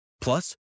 Plus